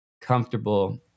comfortable